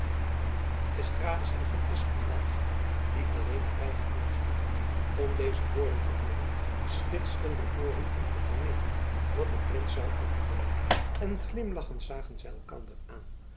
d'estrades en van espenblad die alleen naby genoeg stonden om deze woorden te hooren spitsten de ooren om te vernemen wat de prins zoû antwoorden en glimlachend zagen zy elkander aan